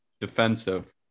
defensive